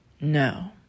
No